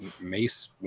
mace